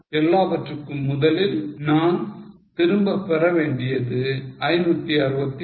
எல்லாவற்றுக்கும் முதலில் நான் திரும்பப் பெற வேண்டியது 561